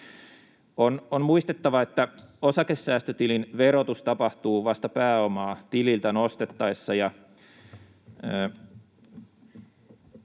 On muistettava, että osakesäästötilin verotus tapahtuu vasta pääomaa tililtä nostettaessa,